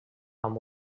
amb